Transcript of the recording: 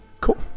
Cool